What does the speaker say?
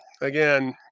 again